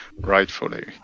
rightfully